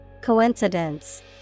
Coincidence